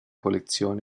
collezione